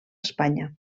espanya